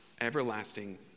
everlasting